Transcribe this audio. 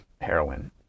heroin